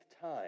time